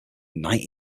knight